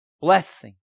Blessing